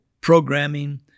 programming